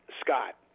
Scott